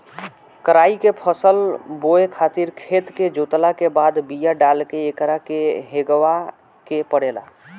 कराई के फसल बोए खातिर खेत के जोतला के बाद बिया डाल के एकरा के हेगावे के पड़ेला